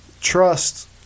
trust